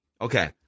Okay